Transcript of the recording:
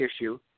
issue